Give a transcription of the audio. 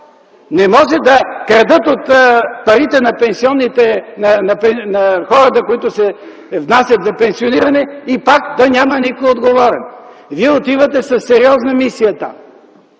Не може да крадат от парите на хората, които внасят за пенсиониране и пак да няма никой отговорен! Вие отивате там със сериозна мисия.